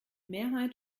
mehrheit